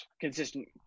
consistent